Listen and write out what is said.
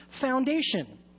foundation